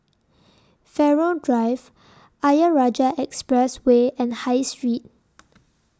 Farrer Drive Ayer Rajah Expressway and High Street